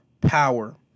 power